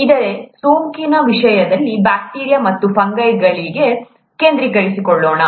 ಆದರೆ ಸೋಂಕಿನ ವಿಷಯದಲ್ಲಿ ಬ್ಯಾಕ್ಟೀರಿಯಾ ಮತ್ತು ಫಂಗೈಗಳಿಗೆ ಕೇಂದ್ರೀಕರಿಸಿಕೊಳ್ಳೋಣ